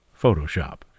Photoshop